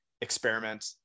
experiment